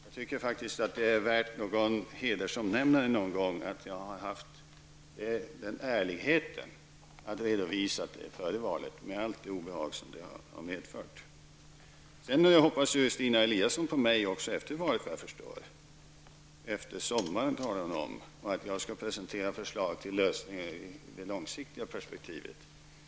Jag tycker faktiskt att det är värt ett hedersomnämnande någon gång att jag har haft den ärligheten att redovisa det före valet, med allt det obehag som det har medfört. Stina Eliasson hoppades såvitt jag förstår på mig också efter valet. Hon talade om att jag efter sommaren skulle presentera förslag till lösningar i det långsiktiga perspektivet.